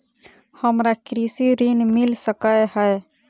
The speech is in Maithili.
हमरा कृषि ऋण मिल सकै है?